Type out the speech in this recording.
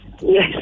Yes